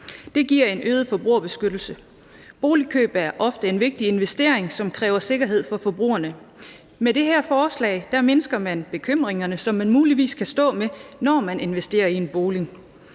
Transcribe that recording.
Det giver en øget forbrugerbeskyttelse. Boligkøb er ofte en vigtig investering, som kræver sikkerhed for forbrugerne. Med det her forslag mindsker man de bekymringer, som man muligvis kan stå med, når man investerer i en bolig.